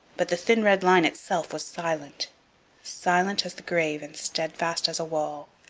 but the thin red line itself was silent silent as the grave and steadfast as a wall.